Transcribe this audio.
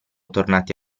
tornati